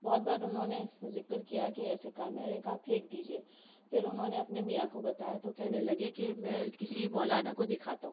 بہت بار انہوں نے ذکر کیا کہ ایسے کا میں نے کہا پھینک دیجئے پھر انہوں نے اپنے میاں کو بتایا تو کہنے لگے کہ میں کسی مولانا کو دکھاتا ہوں